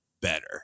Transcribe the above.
better